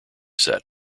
set